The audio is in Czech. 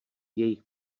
jejich